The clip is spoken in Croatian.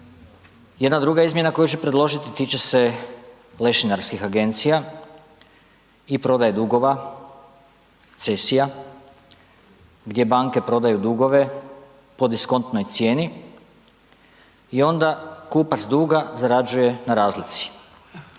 Jedna druga izmjena koju ću predložiti tiče se lešinarskih agencija i prodaje dugova, cesija, gdje banke prodaju dugove po diskontnoj cijeni i onda kupac duga zarađuje na razlici.